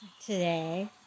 today